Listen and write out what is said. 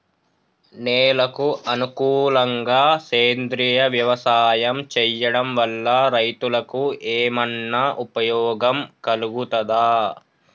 నేలకు అనుకూలంగా సేంద్రీయ వ్యవసాయం చేయడం వల్ల రైతులకు ఏమన్నా ఉపయోగం కలుగుతదా?